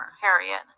Harriet